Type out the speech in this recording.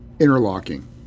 interlocking